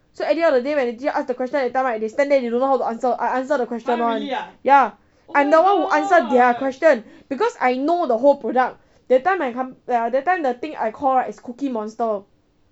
so at the end of the day when the teacher ask the question that time right they stand there they don't know how to answer I answer the question [one] ya I'm the one who answer the question because I know the whole product that time my com~ ah that time the thing I call right is cookie monster